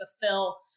fulfill